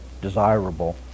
desirable